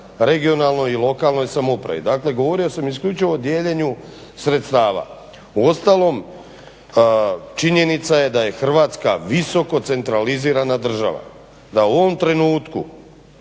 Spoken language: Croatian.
regionalnoj i lokalnoj samoupravi. Govorio sam isključio o dijeljenju sredstava. Uostalom, činjenica je da je Hrvatska visoko centralizirana država, da u ovom trenutku